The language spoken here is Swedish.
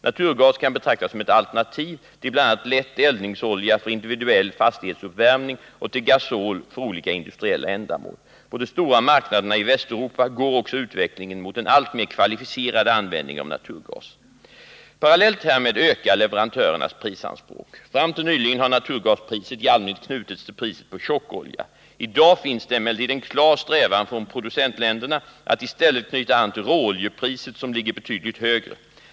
Naturgas kan betraktas som ett alternativ till bl.a. lätt eldningsolja för individuell fastighetsuppvärmning och till gasol för olika industriella ändamål. På de stora marknaderna i Västeuropa går också utvecklingen mot en alltmer kvalificerad användning av naturgas. Parallellt härmed ökar leverantörernas prisanspråk. Fram till nyligen har naturgaspriset i allmänhet knutits till priset på tjockolja. I dag finns det emellertid en klar strävan från producentländerna att i stället knyta an till råoljepriset, som ligger betydligt högre.